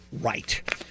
right